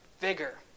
vigor